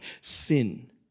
sin